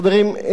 חברים,